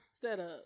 Setup